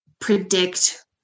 predict